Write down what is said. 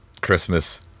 Christmas